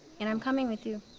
and i'm coming with you,